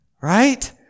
Right